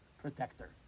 protector